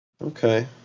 okay